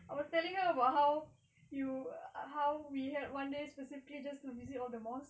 I was telling her about how you how we had one day specifically just to visit all the mosques